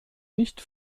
nicht